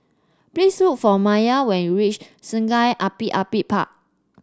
please look for Mylie when you reach Sungei Api Api Park